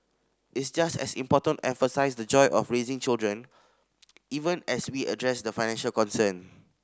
it's just as important emphasise the joy of raising children even as we address the financial concern